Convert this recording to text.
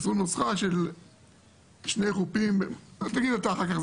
זו נוסחה של שני חופים --- שהוא יגיד אחר כך,